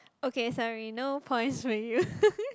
okay sorry no points for you